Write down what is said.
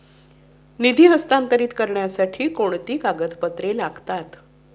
निधी हस्तांतरित करण्यासाठी कोणती कागदपत्रे लागतात?